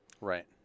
Right